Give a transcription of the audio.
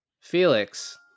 Felix